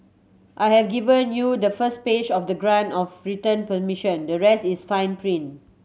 I have given you the first page of the grant of return permission the rest is fine print